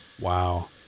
Wow